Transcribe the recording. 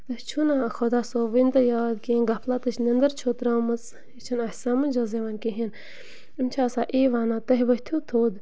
أسۍ چھُنہٕ خۄدا صٲب وٕنہِ تہِ یاد کِہیٖنۍ غفلَتٕچ نیٚنٛدٕر چھو ترٛٲومٕژ یہِ چھُنہٕ اَسہِ سَمجھ حظ یِوان کِہیٖنۍ یِم چھِ آسان یی وَنان تُہۍ ؤتھِو تھوٚد